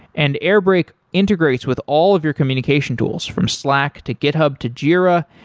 and airbrake integrates with all of your communication tools, from slack, to github, to jira,